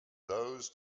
those